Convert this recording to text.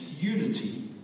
unity